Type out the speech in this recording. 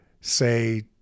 say